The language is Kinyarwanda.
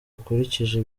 akurikije